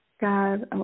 God